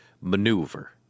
maneuver